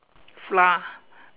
flour